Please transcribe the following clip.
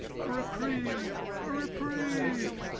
a reprieve! a reprieve!